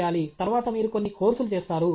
చేయాలి తరువాత మీరు కొన్ని కోర్సులు చేస్తారు